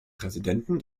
präsidenten